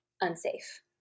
unsafe